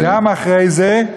גם אחרי זה,